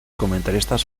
comentaristas